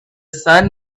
sun